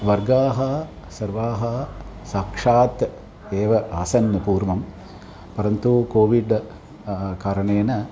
वर्गाः सर्वाः साक्षात् एव आसन् पूर्वं परन्तु कोविड् कारणेन